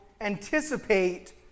anticipate